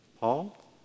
Paul